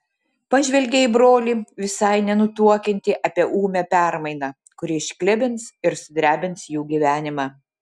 pažvelgė į brolį visai nenutuokiantį apie ūmią permainą kuri išklibins ir sudrebins jų gyvenimą